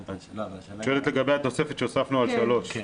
את שואלת לגבי התוספת שהוספנו על (3).